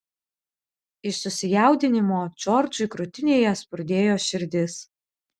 iš susijaudinimo džordžui krūtinėje spurdėjo širdis